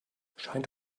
scheint